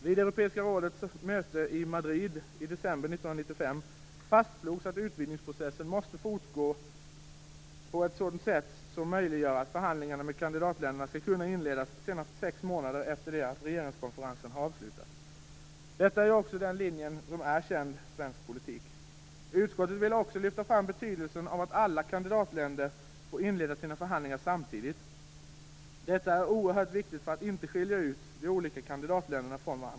Vid Europeiska rådets möte i Madrid i december 1995 fastslogs att utvidgningsprocessen måste fortgå på ett sådant sätt att förhandlingarna med kandidatländerna kan inledas senast sex månader efter det att regeringskonferensen avslutats. Detta är också den linje som är känd svensk politik. Utskottet vill också lyfta fram betydelsen av att alla kandidatländer får inleda sina förhandlingar samtidigt. Detta är oerhört viktigt för att inte skilja ut olika kandidatländer.